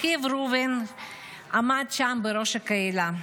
אחיו ראובן עמד שם בראש הקהילה.